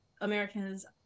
Americans